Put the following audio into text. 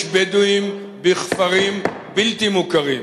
יש בדואים בכפרים בלתי מוכרים,